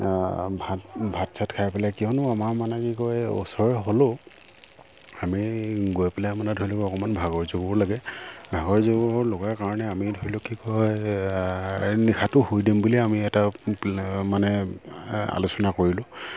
ভাত ভাত চাত খাই পেলাই কিয়নো আমাৰ মানে কি কয় ওচৰৰে হ'লেও আমি গৈ পেলাই মানে ধৰি লওক অকণমান ভাগৰ জোগৰো লাগে ভাগৰ জোগৰ লগাৰ কাৰণে আমি ধৰি লওক কি কয় নিশাটো শুই দিম বুলি আমি এটা প্লে মানে আলোচনা কৰিলোঁ